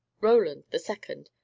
roland, the second,